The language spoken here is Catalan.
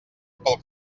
pel